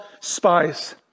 spies